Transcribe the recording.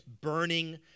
burning